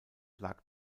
lag